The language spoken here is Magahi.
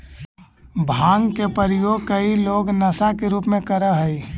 भाँग के प्रयोग कई लोग नशा के रूप में भी करऽ हई